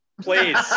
Please